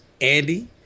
Andy